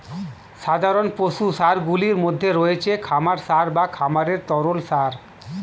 সাধারণ পশু সারগুলির মধ্যে রয়েছে খামার সার বা খামারের তরল সার